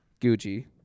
Gucci